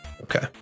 Okay